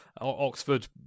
Oxford